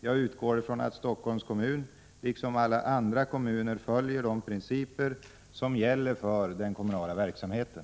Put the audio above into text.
Jag utgår ifrån att Stockholms kommun liksom alla andra kommuner följer de principer som gäller för den kommunala verksamheten.